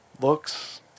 looks